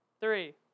Three